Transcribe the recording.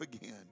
again